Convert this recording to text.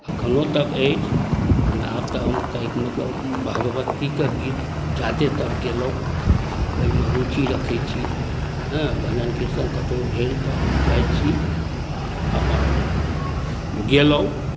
एखनो तक अछि लेकिन आब तऽ हम कएक मतलब भगवतीके गीत जादेतर गएलहुँ आओर ओहिमे रुचि रखै छी हेँ भजन कीर्तन कतहु भेल तऽ हम जाइ छी आओर अपन गएलहुँ